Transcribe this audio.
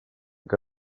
que